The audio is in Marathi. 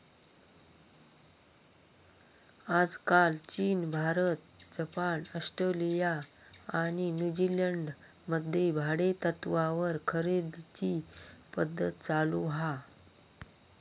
आजकाल चीन, भारत, जपान, ऑस्ट्रेलिया आणि न्यूजीलंड मध्ये भाडेतत्त्वावर खरेदीची पध्दत चालु हा